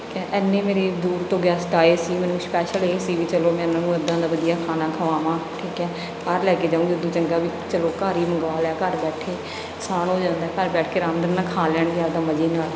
ਠੀਕ ਹੈ ਇੰਨੇ ਮੇਰੇ ਦੂਰ ਤੋਂ ਗੈਸਟ ਆਏ ਸੀ ਮੈਨੂੰ ਸਪੈਸ਼ਲ ਇਹ ਸੀ ਵੀ ਚੱਲੋ ਮੈਂ ਇਹਨਾਂ ਨੂੰ ਇੱਦਾਂ ਦਾ ਵਧੀਆ ਖਾਣਾ ਖਵਾਵਾਂ ਠੀਕ ਹੈ ਬਾਹਰ ਲੈ ਕੇ ਜਾਊਂਗੀ ਉੱਦੋਂ ਚੰਗਾ ਵੀ ਚੱਲੋ ਘਰ ਹੀ ਮੰਗਵਾ ਲਿਆ ਘਰ ਬੈਠੇ ਆਸਾਨ ਹੋ ਜਾਂਦਾ ਘਰ ਬੈਠ ਕੇ ਆਰਾਮਦਾਰੀ ਨਾਲ ਖਾ ਲੈਣਗੇ ਆਪਣਾ ਮਜੇ ਨਾਲ